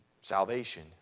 salvation